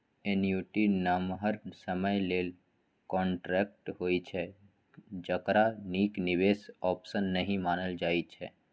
annuity नमहर समय लेल कांट्रेक्ट होइ छै जकरा नीक निबेश आप्शन नहि मानल जाइ छै